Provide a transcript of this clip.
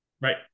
Right